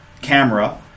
camera